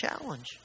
challenge